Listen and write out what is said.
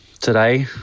Today